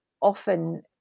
often